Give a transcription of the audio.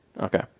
Okay